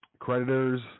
Creditors